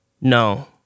No